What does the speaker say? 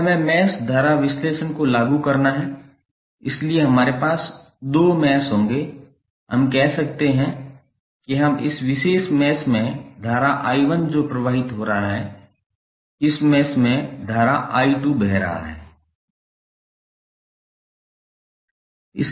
अब हमें मैश धारा विश्लेषण को लागू करना है इसलिए हमारे पास दो मैश होंगे हम कह सकते हैं कि हम इस विशेष मैश में धारा I1 प्रवाहित हो रहा है इस मैश में धारा I2 बह रहा है